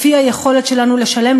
לפי היכולת שלנו לשלם,